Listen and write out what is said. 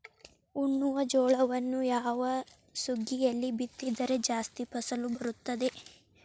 ಉಣ್ಣುವ ಜೋಳವನ್ನು ಯಾವ ಸುಗ್ಗಿಯಲ್ಲಿ ಬಿತ್ತಿದರೆ ಜಾಸ್ತಿ ಫಸಲು ಬರುತ್ತದೆ?